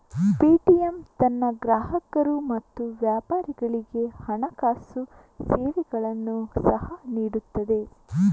Paytm ತನ್ನ ಗ್ರಾಹಕರು ಮತ್ತು ವ್ಯಾಪಾರಿಗಳಿಗೆ ಹಣಕಾಸು ಸೇವೆಗಳನ್ನು ಸಹ ನೀಡುತ್ತದೆ